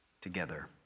together